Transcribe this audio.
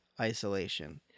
isolation